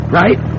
right